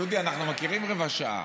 דודי, אנחנו מכירים רבע שעה.